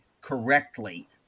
correctly